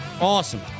Awesome